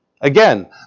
Again